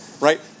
Right